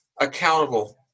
accountable